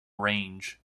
range